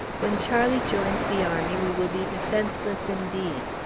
when charlie joins the army, we will be defenseless, indeed.